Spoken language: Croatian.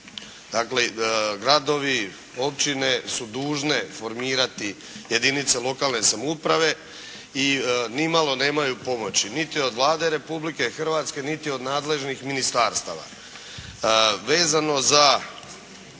Dakle, gradovi, općine su dužne formirati jedinice lokalne samouprave i ni malo nemaju pomoći niti od Vlade Republike Hrvatske, niti od nadležnih ministarstava.